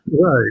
Right